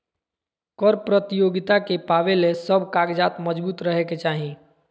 कर प्रतियोगिता के पावे ले सब कागजात मजबूत रहे के चाही